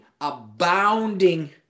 abounding